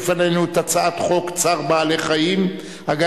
מצאתי לנכון להשלים את ההליך הזה,